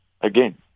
again